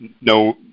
no